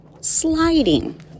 sliding